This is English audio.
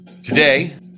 Today